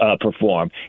perform